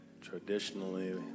Traditionally